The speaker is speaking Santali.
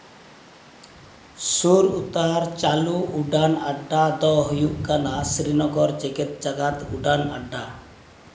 ᱥᱩᱨ ᱩᱛᱟᱹᱨ ᱪᱟᱹᱞᱩ ᱩᱰᱟᱹᱱ ᱟᱰᱰᱟ ᱫᱚ ᱦᱩᱭᱩᱜ ᱠᱟᱱᱟ ᱥᱨᱤᱱᱚᱜᱚᱨ ᱡᱮᱜᱮᱛ ᱡᱟᱠᱟᱛ ᱩᱰᱟᱹᱱ ᱟᱰᱰᱟ